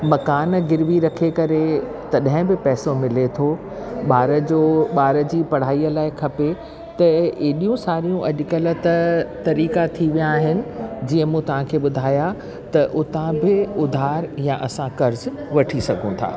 मकानु गिरवी रखे करे तॾहिं बि पैसो मिले थो ॿार जो ॿार जी पढ़ाईअ लाइ खपे त एॾियूं सारियूं अॼुकल्ह त तरीक़ा थी विया आहिनि जीअं मूं तव्हांखे ॿुधायां त उता बि उधार या असां कर्ज़ु वठी सघूं था